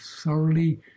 thoroughly